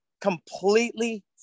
completely